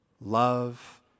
love